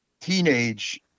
teenage